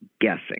guessing